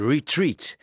Retreat